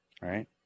Right